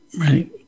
Right